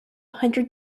hundred